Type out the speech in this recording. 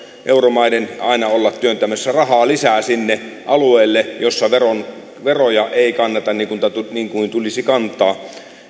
euromaiden aina olla työntämässä rahaa lisää sinne alueelle jolla veroja ei kanneta niin kuin tulisi kantaa